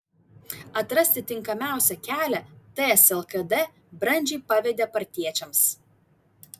atrasti tinkamiausią kelią ts lkd brandžiai pavedė partiečiams